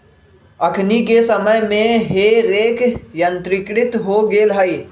अखनि के समय में हे रेक यंत्रीकृत हो गेल हइ